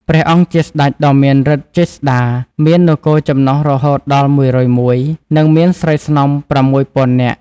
ព្រះអង្គជាស្តេចដ៏មានឫទ្ធិចេស្តា មាននគរចំណុះរហូតដល់ ១០១ និងមានស្រីស្នំ ៦០០០ នាក់។